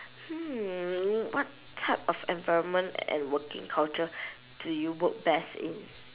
hmm what type of environment and working culture do you work best in